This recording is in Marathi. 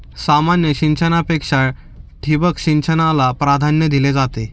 सामान्य सिंचनापेक्षा ठिबक सिंचनाला प्राधान्य दिले जाते